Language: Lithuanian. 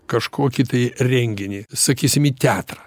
kažkokį tai renginį sakysim į teatrą